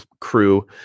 crew